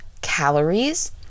calories